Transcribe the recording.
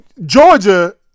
Georgia –